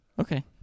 Okay